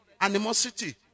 animosity